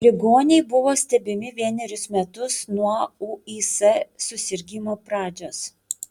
ligoniai buvo stebimi vienerius metus nuo ūis susirgimo pradžios